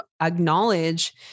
acknowledge